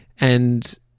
And-